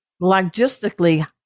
logistically